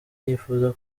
yifuza